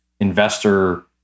investor